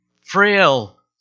frail